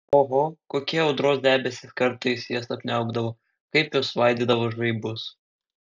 oho kokie audros debesys kartais jas apniaukdavo kaip jos svaidydavo žaibus